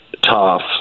tough